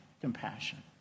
Compassion